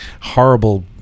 horrible